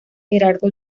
gerardo